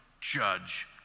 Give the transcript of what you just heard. judge